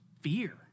fear